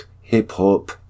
hip-hop